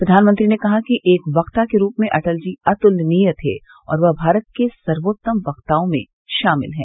प्रधानमंत्री ने कहा कि एक वक्ता के रूप में अटल जी अतुलनीय थे और वह भारत के सर्वोत्तम वक्ताओं में शामिल हैं